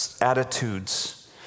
attitudes